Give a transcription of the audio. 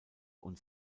und